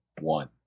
one